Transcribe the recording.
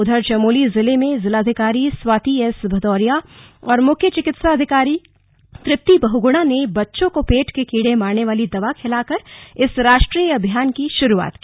उधर चमोली जिले में जिलाधिकारी स्वाति एस भदौरिया और मुख्य चिकित्सा अधिकारी तृप्ति बहगुणा ने बच्चों को पेट के कीड़े मारने वाली दवा खिलाकर इस राष्ट्रीय अभियान की शुरूआत की